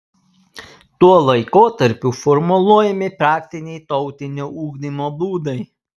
tuo laikotarpiu formuluojami praktiniai tautinio ugdymo būdai